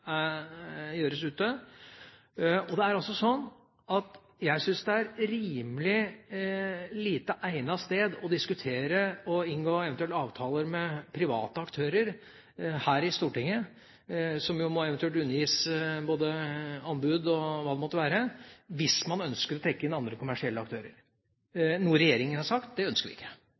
rimelig lite egnet sted å diskutere og inngå eventuelle avtaler med private aktører, som eventuelt må undergis både anbud og hva det måtte være, hvis man ønsker å trekke inn andre kommersielle aktører – noe regjeringa har sagt at det ønsker vi ikke. Men vi ønsker et såkalt second opinion-miljø, som vi har pekt på bør være i Tromsø. Jeg